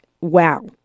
Wow